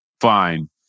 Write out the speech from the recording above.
fine